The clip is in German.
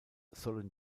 sollen